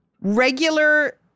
regular